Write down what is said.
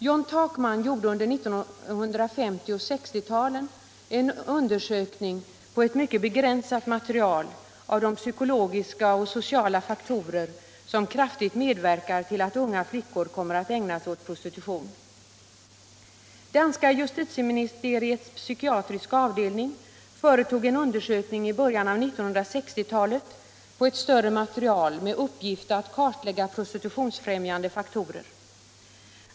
John Takman gjorde under 1950 och 1960 talen en undersökning på ett mycket begränsat material av de psykologiska och sociala faktorer som kraftigt medverkar till att unga flickor kommer att ägna sig åt prostitution. | lägga prostitutionsfrämjandé faktorer.